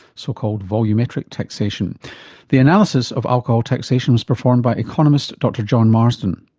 so-called volumetric taxation the analysis of alcohol taxation was performed by economist dr john marsden.